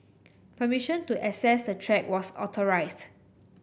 permission to access the track was authorised